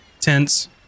tents